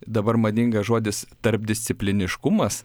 dabar madingas žodis tarpdiscipliniškumas